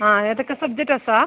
ആ ഏതൊക്കെ സബ്ജക്റ്റാ സാർ